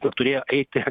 dar turėjo eiti